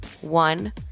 one